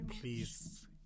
please